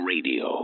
Radio